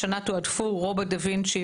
השנה כמו שאמרתי תועדפו רובוט דה-וינצ'י